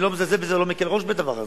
אני לא מזלזל בזה, לא מקל ראש בדבר הזה,